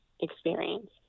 experience